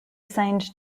signed